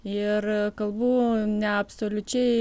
ir kalbu neabsoliučiai